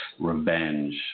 revenge